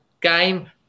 game